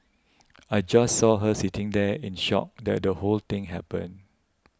I just saw her sitting there in shock that the whole thing happened